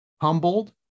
humbled